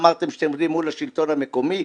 אמרתם שאתם עובדים מול השלטון המקומי.